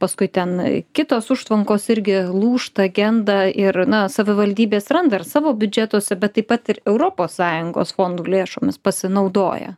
paskui ten kitos užtvankos irgi lūžta genda ir na savivaldybės randa ir savo biudžetuose bet taip pat ir europos sąjungos fondų lėšomis pasinaudoję